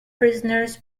prisoners